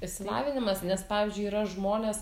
išsilavinimas nes pavyzdžiui yra žmonės